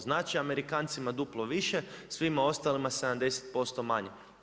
Znači Amerikancima duplo više, svima ostalima 70% manje.